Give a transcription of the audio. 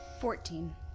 Fourteen